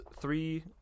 three